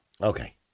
Okay